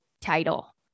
title